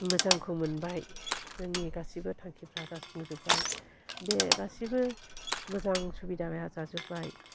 मोजांखौ मोनबाय जोंनि गासिबो थांखिफ्रा जाफुं जोब्बाय बे गासिबो मोजां सुबिदाया जाजोब्बाय